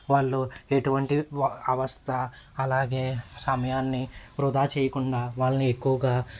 వాళ్ళు ఎటువంటి అవస్థ అలాగే సమయాన్ని వృధా చేయకుండా వాళ్ళని ఎక్కువగా